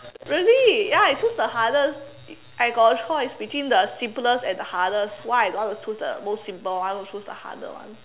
really ya I choose the hardest I got a choice between the simplest and the hardest why I don't want to choose the most simple one I choose the harder one